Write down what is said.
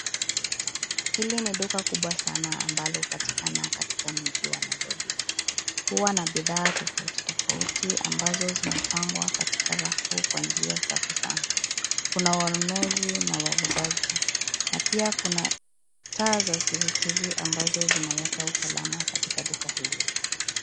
Hili ni duka kubwa sana ambalo hupatikana katika mji wa Nairobi. Huwa na bidhaa tofautitofauti ambazo zimepangwa katika rafu kwa njia safi sana. Kuna wanunuzi na wawuzaji. Na pia kuna taa za CCTV ambazo zinaweka usalama katika duka hilo.